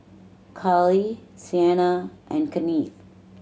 Carly Sienna and Kennith